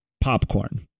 popcorn